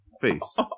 face